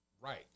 right